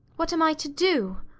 what am i to do?